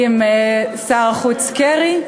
עם שר החוץ קרי,